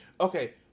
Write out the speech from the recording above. okay